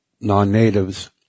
non-natives